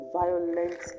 violent